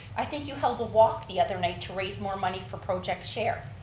i think you held a walk the other night to raise more money for project share.